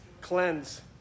Cleanse